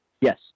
Yes